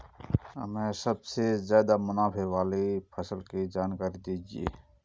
हमें सबसे ज़्यादा मुनाफे वाली फसल की जानकारी दीजिए